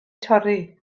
torri